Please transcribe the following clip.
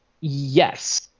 Yes